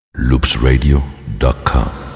loopsradio.com